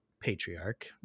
patriarch